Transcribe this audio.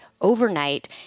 overnight